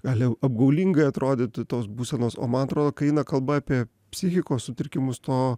gali apgaulingai atrodyti tos būsenos o man atrodo eina kalba apie psichikos sutrikimus to